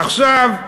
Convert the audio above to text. עכשיו,